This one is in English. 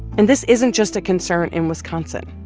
and this isn't just a concern in wisconsin.